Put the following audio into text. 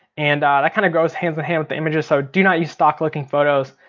and that kind of goes hand in hand with the images, so do not use stock looking phots.